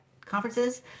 conferences